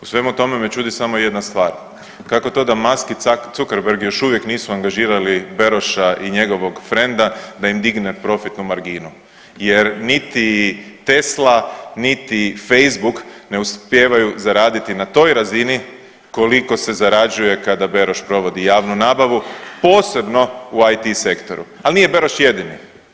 U svemu tome me čudi samo jedna stvar, kako to da Musk i Zuckerberg još uvijek nisu angažirali Beroša i njegovog frenda da im digne profitnu marginu jer niti Tesla niti Facebook ne uspijevaju zaraditi na toj razini koliko se zarađuje kada Beroš provodi javnu nabavu, posebno u IT sektoru, ali nije Beroš jedini.